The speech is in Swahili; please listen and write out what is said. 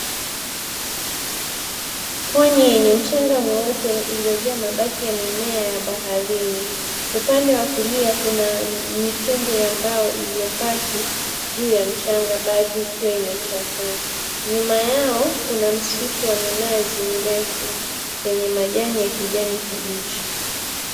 Pwani yenye mchanga mweupe iliyojaa mabaki ya mimea ya baharini. Upande wa kulia kuna mitumbwi ya mbao iliyobaki juu ya mchanga baadhi ikiwa imechakaa. Nyuma yao kuna msitu wa minazi mirefu yenye majani ya kijani kibichi.